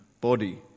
body